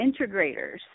integrators